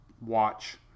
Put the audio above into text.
watch